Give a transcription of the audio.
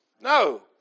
No